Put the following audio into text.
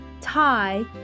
Thai